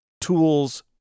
tools